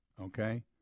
okay